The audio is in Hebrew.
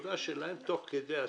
מהעבודה שלהם תוך כדי עשייה.